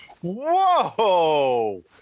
Whoa